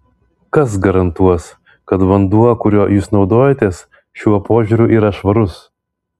kas garantuos kad vanduo kuriuo jūs naudojatės šiuo požiūriu yra švarus